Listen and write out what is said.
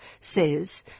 says